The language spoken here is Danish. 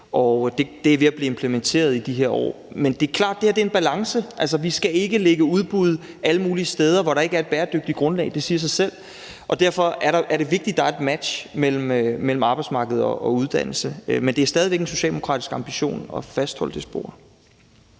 og de er ved at blive implementeret i de her år. Men det er klart, at det her er en balance. Altså, vi skal ikke lægge udbud alle mulige steder, hvor der ikke er et bæredygtigt grundlag; det siger sig selv. Derfor er det vigtigt, at der er et match mellem arbejdsmarked og uddannelse. Men det er stadig væk en socialdemokratisk ambition at fastholde det spor.